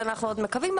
זה אנחנו עוד מקווים,